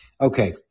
Okay